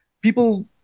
people